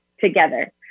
together